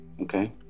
okay